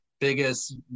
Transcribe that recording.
biggest